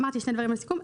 אמרתי שני דברים לסיכום.